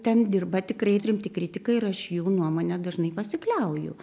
ten dirba tikrai rimti kritikai ir aš jų nuomone dažnai pasikliauju